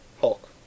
Hulk